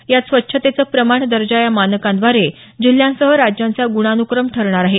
यात स्वच्छतेचं प्रमाण दर्जा या मानकांद्वारे जिल्ह्यांसह राज्यांचा गुणानुक्रम ठरणार आहे